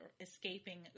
escaping